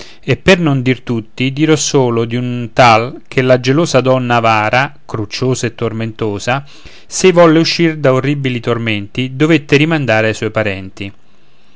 e per non dir di tutti dirò solo di un tal che la gelosa donna avara crucciosa e tormentosa s'ei volle uscir da orribili tormenti dovette rimandare a suoi parenti